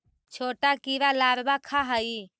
छोटा कीड़ा लारवा खाऽ हइ